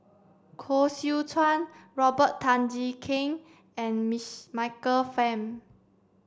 Koh Seow Chuan Robert Tan Jee Keng and Michael Fam